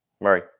Murray